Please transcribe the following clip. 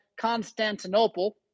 Constantinople